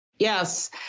Yes